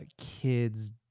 kids